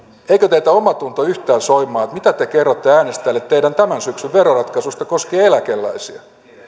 eikö teitä omatunto yhtään soimaa siitä mitä te kerrotte äänestäjille teidän tämän syksyn veroratkaisustanne koskien eläkeläisiä